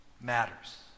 matters